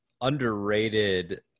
underrated